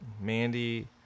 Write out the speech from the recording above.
Mandy